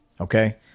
Okay